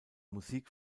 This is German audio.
musik